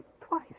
twice